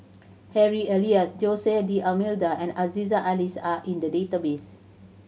Harry Elias Jose D'Almeida and Aziza Ali are in the database